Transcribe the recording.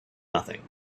nothing